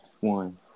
one